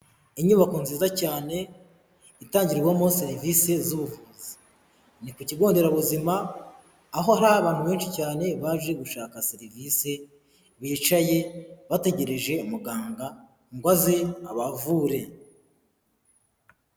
Inyubako nziza cyane itangirwamo serivisi z'ubuvuzi, ni ku kigo nderabuzima aho hari abantu benshi cyane baje gushaka serivisi bicaye bategereje muganga ngo aze abavure.